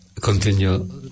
continue